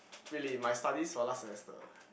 really my studies for last semester